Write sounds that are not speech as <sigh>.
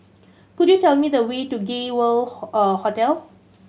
could you tell me the way to Gay World <hesitation> Hotel